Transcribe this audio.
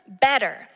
better